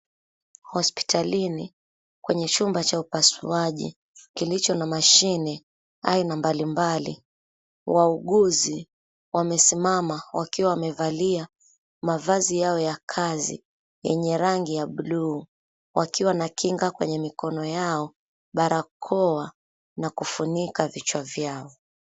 Hospitalini, kwenye chumba cha upasuaji, kilicho na mashine aina mbalimbali. Wauguzi wamesimama wakiwa wamevalia mavazi yao ya kazi, yenye rangi ya bluu. Wakiwa na kinga kwenye mikono yao, barakoa, na kufunika vichwa vyao.